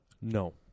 No